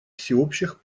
всеобщих